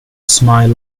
smile